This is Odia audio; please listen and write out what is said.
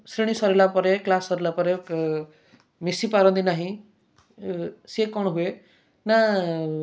ଶ୍ରେଣୀ ସରିଲା ପରେ କ୍ଲାସ୍ ସରିଲା ପରେ ମିଶି ପାରନ୍ତି ନାହିଁ ସିଏ କ'ଣ ହୁଏନା